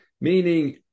meaning